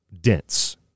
dense